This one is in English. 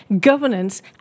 governance